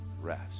rest